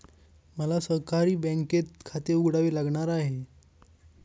मला सहकारी बँकेत खाते उघडावे लागणार आहे